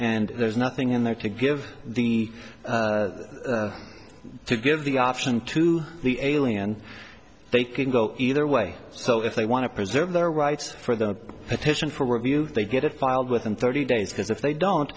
and there's nothing in there to give the to give the option to the alien and they can go either way so if they want to preserve their rights for their petition for review they get it filed within thirty days because if they don't